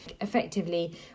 Effectively